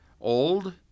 old